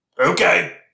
Okay